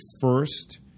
first